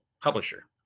publisher